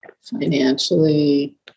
financially